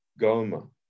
Goma